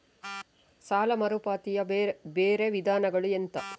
ಸಾಲ ಮರುಪಾವತಿಯ ಬೇರೆ ವಿಧಾನಗಳು ಎಂತ?